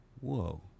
Whoa